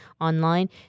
online